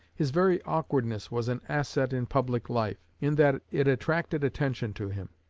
his very awkwardness was an asset in public life, in that it attracted attention to him.